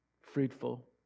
fruitful